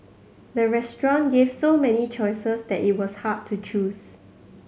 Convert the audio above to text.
the restaurant gave so many choices that it was hard to choose